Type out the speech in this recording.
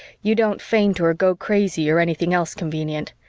you don't faint or go crazy or anything else convenient.